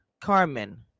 Carmen